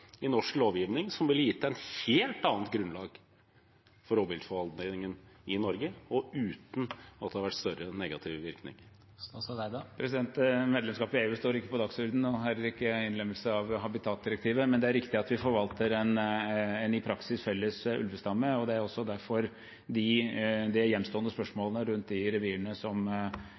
i norsk lovgivning – noe som ville gitt et helt annet grunnlag for rovviltforvaltningen i Norge, uten at det hadde vært større negative virkninger? Medlemskap i EU står ikke på dagsordenen, heller ikke innlemmelse av habitatdirektivet. Men det er riktig at vi forvalter en i praksis felles ulvestamme, og fordi dette er grenserevir, forutsetter også de gjenstående spørsmålene rundt de revirene som